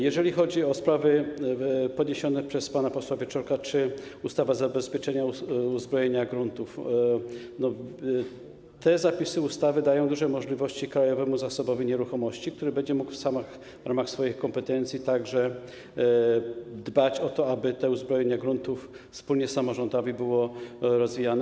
Jeżeli chodzi o sprawy podniesione przez pana posła Wieczorka, o to, czy ustawa zabezpiecza uzbrojenia gruntów - zapisy ustawy dają duże możliwości Krajowemu Zasobowi Nieruchomości, który będzie mógł w ramach swoich kompetencji także dbać o to, aby uzbrojenia gruntów wspólnie z samorządami były rozwijane.